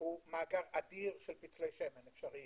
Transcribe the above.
הוא מאגר אדיר של פצלי שמן אפשריים.